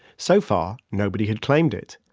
so far, nobody had claimed it.